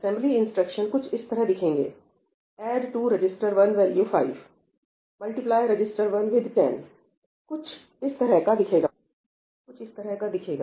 assembly instruction कुछ इस तरह दिखेंगे 'add to register 1 value 5' 'add to register 1 the value 5' 'multiply register 1 with 10' 'multiply register 1 with 10' कुछ इस तरह का दिखेगा